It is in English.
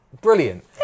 brilliant